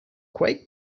quake